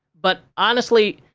but honestly,